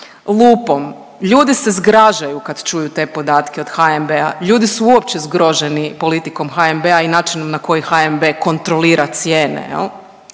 lupom. Ljudi se zgražaju kad čuju te podatke od HNB-a, ljudi su uopće zgroženi politikom HNB-a i načinom na koji HNB kontrolira cijene,